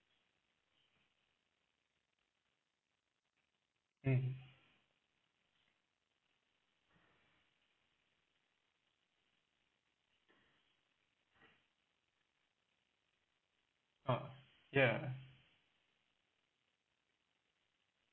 mmhmm ah ya